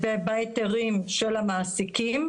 בהיתרים של המעסיקים.